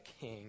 king